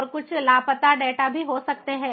और कुछ लापता डेटा भी हो सकता है